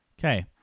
Okay